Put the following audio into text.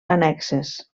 annexes